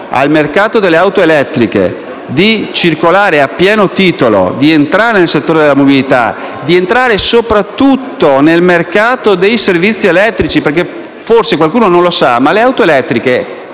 al mercato delle auto elettriche di circolare a pieno titolo, di entrare nel settore della mobilità, di entrare, soprattutto, nel mercato dei servizi elettrici perché, forse qualcuno non lo sa, negli altri